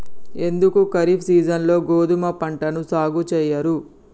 ఎందుకు ఖరీఫ్ సీజన్లో గోధుమ పంటను సాగు చెయ్యరు?